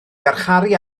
garcharu